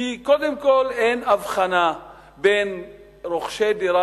קודם כול כי אין הבחנה בין רוכשי דירה